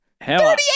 Hell